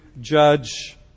judge